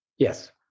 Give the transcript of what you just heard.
Yes